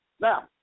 Now